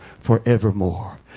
forevermore